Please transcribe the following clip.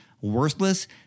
worthless